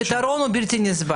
והפתרון הוא גם בלתי נסבל.